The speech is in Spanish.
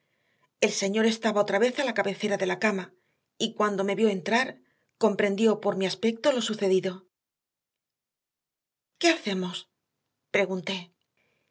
el señor estaba otra vez a la cabecera de la cama y cuando me vio entrar comprendió por mi aspecto lo sucedido qué hacemos pregunté